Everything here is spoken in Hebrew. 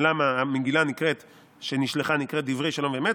למה המגילה שנשלחה נקראת דברי שלום ואמת?